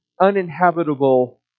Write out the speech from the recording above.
uninhabitable